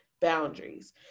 boundaries